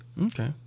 Okay